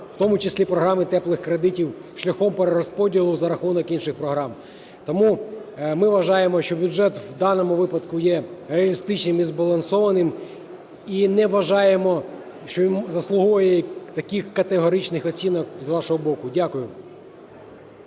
в тому числі програми "теплих кредитів" шляхом перерозподілу за рахунок інших програм. Тому ми вважаємо, що бюджет в даному випадку є реалістичним і збалансованим. І не вважаємо, що він заслуговує таких категоричних оцінок з вашого боку. Дякую.